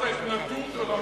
שכחת לרמת-הגולן.